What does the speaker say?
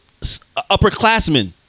upperclassmen